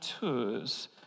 tours